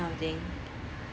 that kind of thing